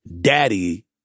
Daddy